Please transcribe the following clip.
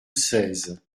seize